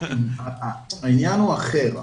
העניין הוא אחר.